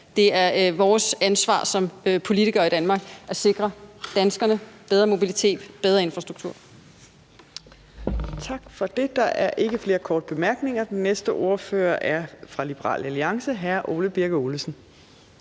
Det er vores ansvar som politikere i Danmark at sikre danskerne bedre mobilitet og bedre infrastruktur.